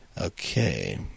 Okay